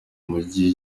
mujyi